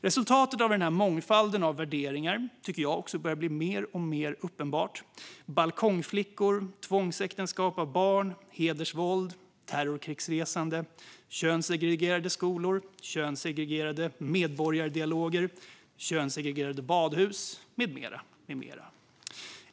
Resultatet av denna mångfald av värderingar börjar nu bli mer och mer uppenbart: balkongflickor, tvångsäktenskap för barn, hedersvåld, terrorkrigsresande, könssegregerade skolor, könssegregerade medborgardialoger, könssegregerade badhus med mera.